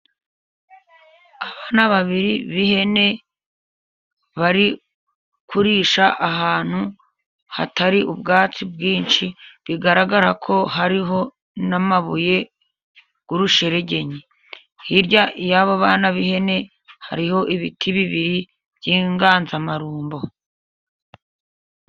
Abana babiri b'ihene bari kurisha ahantu hatari ubwatsi bwinshi, bigaragara ko hariho n'amabuye y'urusheregenye. Hirya y'abo bana b'ihene, hariho ibiti bibiri by'inganzamarumbo.